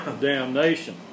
damnation